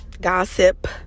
Gossip